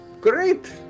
Great